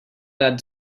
that